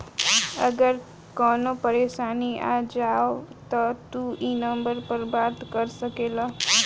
अगर कवनो परेशानी आ जाव त तू ई नम्बर पर बात कर सकेल